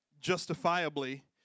justifiably